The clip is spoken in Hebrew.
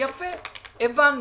בסדר, הבנו.